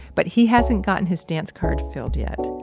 but he hasn't gotten his dance card filled yet.